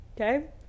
okay